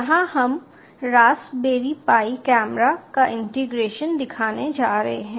यहाँ हम Raspberry Pi camera का इंटीग्रेशन दिखाने जा रहे हैं